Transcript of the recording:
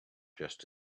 just